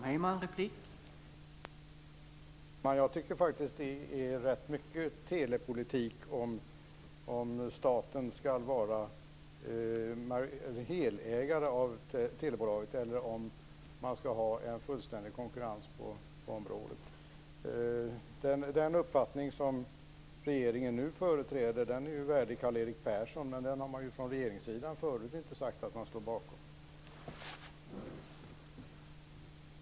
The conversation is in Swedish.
Herr talman! Jag tycker faktiskt att det finns rätt mycket telepolitik i frågan om staten skall vara helägare av telebolaget eller om man skall ha en fullständig konkurrens på området. Den uppfattning som regeringen nu företräder är ju värdig Karl-Erik Persson, men regeringen har ju inte förut sagt att man står bakom den.